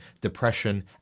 depression